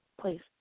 Please